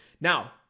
Now